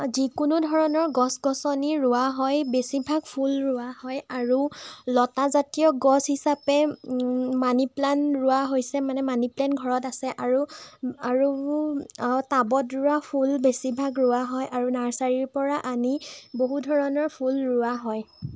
যিকোনো ধৰণৰ গছ গছনি ৰোৱা হয় বেছিভাগ ফুল ৰোৱা হয় আৰু লতা জাতীয় গছ হিচাপে মানি প্লাণ্ট ৰোৱা হৈছে মানে মানি প্লাণ্ট ঘৰত আছে আৰু আৰু আ টাবত ৰোৱা ফুল বেছিভাগ ৰোৱা হয় আৰু নাৰ্চাৰীৰ পৰা আনি বহু ধৰণৰ ফুল ৰোৱা হয়